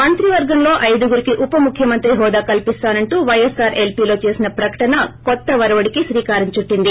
మంత్రివర్గంలో ఐదుగురికి ఉప ముఖ్యమంత్రి హోదా కల్సిస్తానంటూ వైఎస్సార్ ఎల్స్లో చేసిన ప్రకటన కొత్త ఒరవడికి శ్రీకారం చుట్టింది